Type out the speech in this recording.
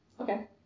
Okay